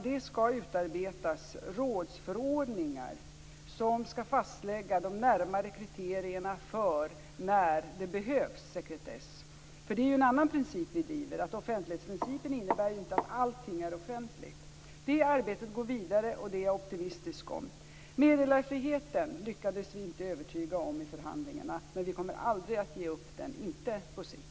Det skall utarbetas rådsförordningar som skall fastlägga de närmare kriterierna för när det behövs sekretess. Det är ju en annan princip vi driver att offentlighetsprincipen inte innebär att allting är offentligt. Det arbetet går vidare, och jag är optimistisk om det. Vi lyckades inte övertyga om meddelarfriheten vid förhandlingarna, men vi kommer aldrig att ge upp den - inte på sikt.